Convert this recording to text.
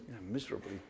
miserably